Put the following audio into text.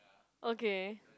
okay